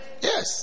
Yes